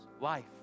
life